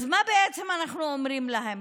אז מה בעצם אנחנו אומרים להם?